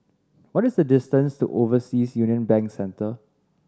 what is the distance to Overseas Union Bank Centre